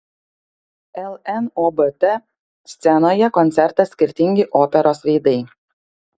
lnobt scenoje koncertas skirtingi operos veidai